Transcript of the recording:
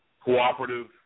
cooperative